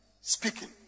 speaking